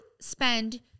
spend